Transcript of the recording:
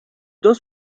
dos